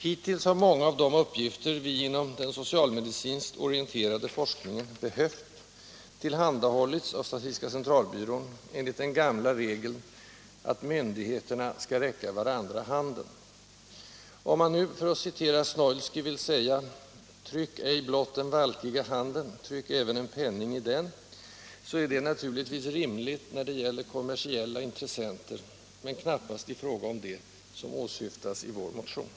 Hittills har många av de uppgifter vi inom den socialmedicinskt orienterade forskningen behövt tillhandahållits av SCB enligt den gamla regeln att myndigheterna skall räcka varandra handen. Om man nu, för att travestera Snoilsky, vill säga: Tryck ej blott den valkiga handen! Tryck ock en penning i den! så är detta naturligtvis rimligt när det gäller kommersiella intressenter men knappast i fråga om det som åsyftas i vår motion.